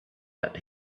that